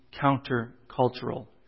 counter-cultural